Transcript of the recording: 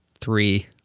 three